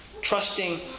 Trusting